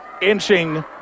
inching